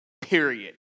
period